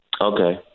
Okay